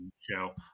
show